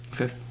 okay